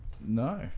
No